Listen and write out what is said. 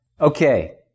Okay